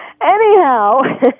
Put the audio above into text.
Anyhow